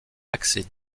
accès